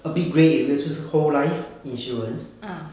a bit grey area 就是 whole life insurance